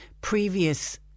previous